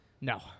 no